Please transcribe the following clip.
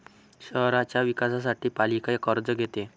शहराच्या विकासासाठी पालिका कर्ज घेते